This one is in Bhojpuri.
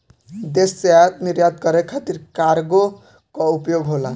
देश से आयात निर्यात करे खातिर कार्गो कअ उपयोग होला